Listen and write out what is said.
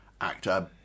actor